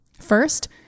First